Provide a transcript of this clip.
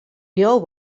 leau